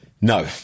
No